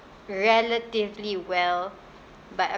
relatively well but